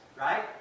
right